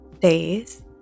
days